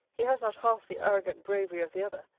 he has not half the arrogant bravery of the other,